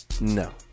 No